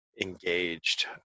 engaged